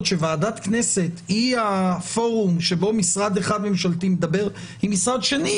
שוועדת כנסת היא הפורום בו משרד ממשלתי אחד מדבר עם משרד שני,